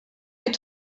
est